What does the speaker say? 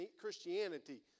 Christianity